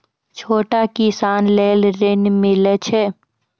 छोटा किसान लेल ॠन मिलय छै?